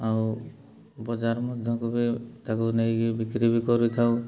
ଆଉ ବଜାର ମଧ୍ୟକୁ ବି ତା'କୁ ନେଇକି ବିକ୍ରି ବି କରିଥାଉ